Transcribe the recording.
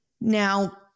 Now